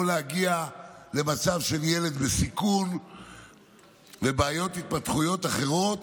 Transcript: זה יכול להגיע למצב של ילד בסיכון ובעיות התפתחותיות אחרות,